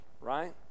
right